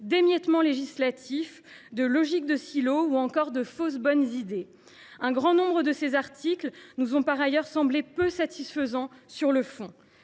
émiettement législatif », de « logique de silos » ou encore de « fausses bonnes idées ». Un grand nombre de ces articles nous ont par ailleurs semblé peu satisfaisants sur le fond.